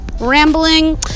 rambling